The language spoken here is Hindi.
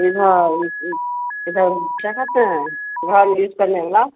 इधर इधर क्या कहते हैं घर यूज करने वाला